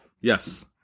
Yes